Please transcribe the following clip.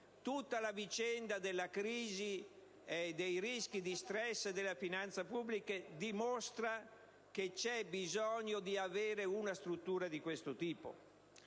tutta la vicenda della crisi e dei rischi di stress della finanza pubblica dimostra che c'è bisogno di una struttura di questo tipo.